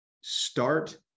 start